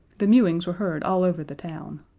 the mewings were heard all over the town.